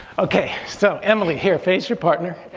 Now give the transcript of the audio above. okay so emily here, face your partner.